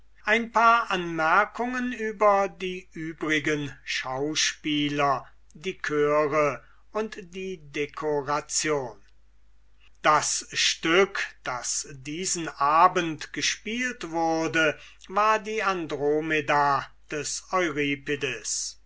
ein paar anmerkungen über die übrigen schauspieler die chöre und die decoration das stück das diesen abend gespielt wurde war die andromede des